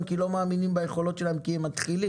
כי לא מאמינים ביכולות שלהם כי הם מתחילים.